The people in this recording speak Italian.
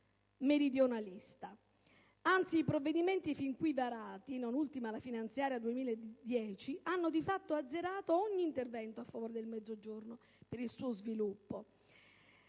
meridionalista. Anzi, i provvedimenti fin qui varati, non ultima la finanziaria 2010, hanno di fatto azzerato ogni intervento a favore del Mezzogiorno e del suo sviluppo